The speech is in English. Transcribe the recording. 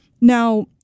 Now